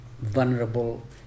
vulnerable